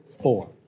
four